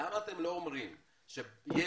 למה אתם לא אומרים שמלש"ב